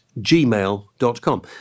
gmail.com